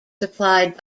supplied